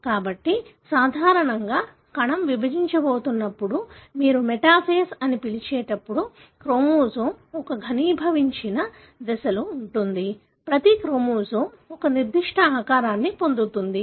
కాబట్టి సాధారణంగా కణం విభజించబోతున్నప్పుడు మీరు మెటాఫేస్ అని పిలిచేటప్పుడు క్రోమోజోమ్ ఒక ఘనీభవించిన దశలో ఉంటుంది ప్రతి క్రోమోజోమ్ ఒక నిర్దిష్ట ఆకారాన్ని పొందుతుంది